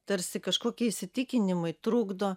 tarsi kažkokie įsitikinimai trukdo